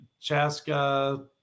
Chaska